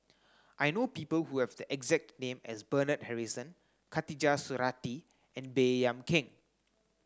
I know people who have the exact name as Bernard Harrison Khatijah Surattee and Baey Yam Keng